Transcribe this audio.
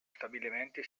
stabilimenti